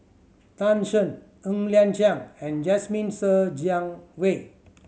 Tan Shen Ng Liang Chiang and Jasmine Ser Jiang Wei